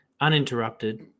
uninterrupted